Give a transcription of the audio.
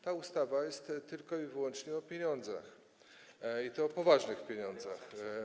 Ta ustawa jest tylko i wyłącznie o pieniądzach, i to o poważnych pieniądzach.